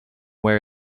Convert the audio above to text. wear